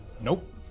Nope